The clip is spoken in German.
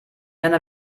einer